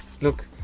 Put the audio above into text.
look